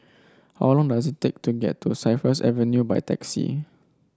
how long does it take to get to Cypress Avenue by taxi